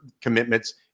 commitments